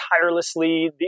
tirelessly